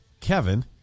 Kevin